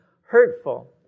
hurtful